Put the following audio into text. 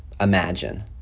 imagine